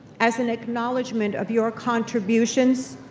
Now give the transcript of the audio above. as an acknowledgement of your contributions,